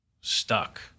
stuck